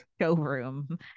showroom